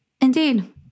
Indeed